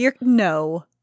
No